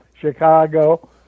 Chicago